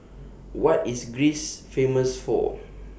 What IS Greece Famous For